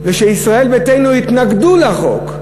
וישראל ביתנו התנגדו לחוק,